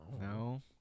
No